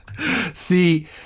See